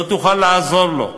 לא תוכל לעזור לו.